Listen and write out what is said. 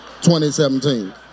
2017